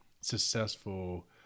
successful